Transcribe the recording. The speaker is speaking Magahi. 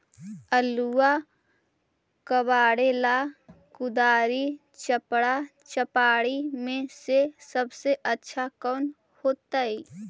आलुआ कबारेला कुदारी, चपरा, चपारी में से सबसे अच्छा कौन होतई?